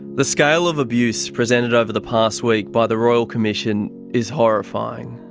the scale of abuse presented over the past week by the royal commission is horrifying.